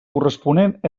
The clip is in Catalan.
corresponent